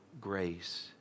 grace